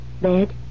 Bed